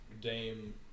Dame